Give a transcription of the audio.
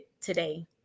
today